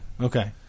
Okay